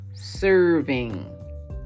serving